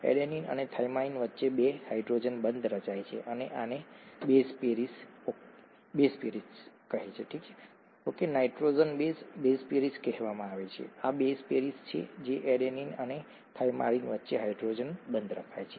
adenine અને thymine વચ્ચે બે હાઇડ્રોજન બંધ રચાય છે અને આને base pairing okay nitrogenous base base pairing કહેવામાં આવે છે આ બેઝ પેરિંગ છે એડેનીન અને થાઇમાઇન વચ્ચે હાઇડ્રોજન બંધ રચાય છે